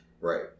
right